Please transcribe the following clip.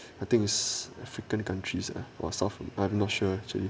I think it's african countries or south I'm not sure actually